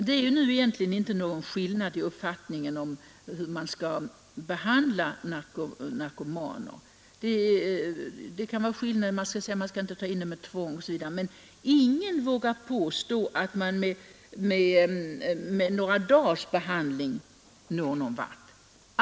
Det föreligger egentligen inte någon skillnad i uppfattningen om hur man skall behandla narkomaner. Det finns visserligen skillnader i uppfattningen om användandet av tvång osv., men ingen vågar påstå att man med några dagars behandling når någon vart.